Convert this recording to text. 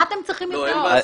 מה אתם צריכים יותר מזה?